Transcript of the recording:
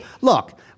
Look